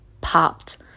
popped